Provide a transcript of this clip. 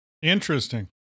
Interesting